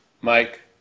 Mike